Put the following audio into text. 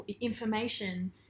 information